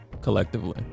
collectively